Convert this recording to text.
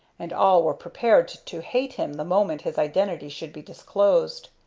and all were prepared to hate him the moment his identity should be disclosed.